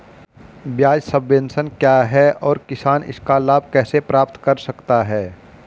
ब्याज सबवेंशन क्या है और किसान इसका लाभ कैसे प्राप्त कर सकता है?